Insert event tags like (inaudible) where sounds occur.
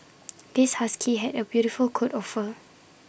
(noise) this husky had A beautiful coat of fur